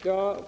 Herr talman! Jag